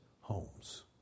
homes